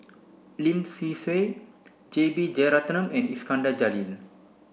Lim Swee Say J B Jeyaretnam and Iskandar Jalil